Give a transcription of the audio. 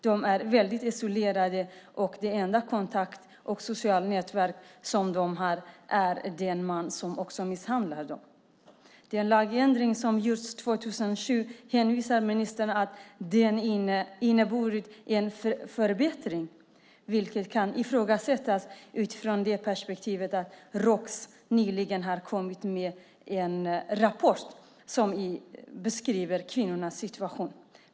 De är mycket isolerade, och deras enda kontakt och sociala nätverk är den man som också misshandlar dem. Den lagändring som gjordes 2007 innebär enligt ministern en förbättring. Det kan dock ifrågasättas utifrån perspektivet att Roks nyligen kommit med en rapport som beskriver dessa kvinnors situation.